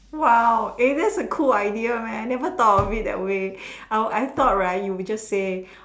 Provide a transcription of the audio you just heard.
!wow! eh thats cool idea man I never thought of it that way I I I thought right you will just say